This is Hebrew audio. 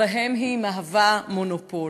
שבו היא מהווה מונופול.